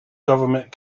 government